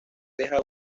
deja